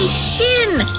shin!